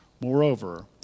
Moreover